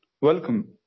welcome